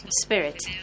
spirit